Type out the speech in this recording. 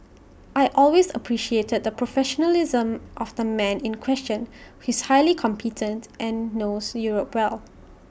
I always appreciated the professionalism of the man in question who is highly competent and knows Europe well